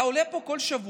אתה עולה פה כל שבוע,